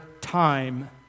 time